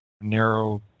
narrow